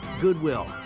Goodwill